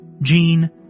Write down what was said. Jean